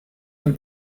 dem